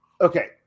Okay